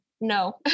no